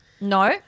No